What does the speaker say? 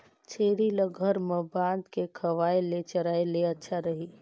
छेरी ल घर म बांध के खवाय ले चराय ले अच्छा रही?